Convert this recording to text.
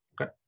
Okay